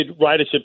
ridership